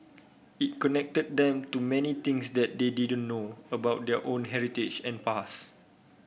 it connected them to many things that they didn't know about their own heritage and past